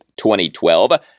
2012